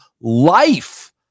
life